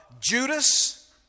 Judas